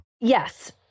Yes